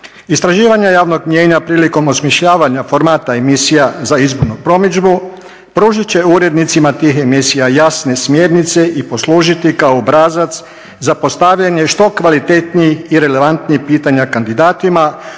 Istraživanja javnog mijenja prilikom osmišljavanja formata emisija za izbornu promidžbu, pružit će urednicima tih emisija jasne smjernice i poslužiti kao obrazac za postavljanje što kvalitetnijih i relevantnijih pitanja kandidatima koji